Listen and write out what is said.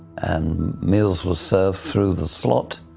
and meals were served through the slot.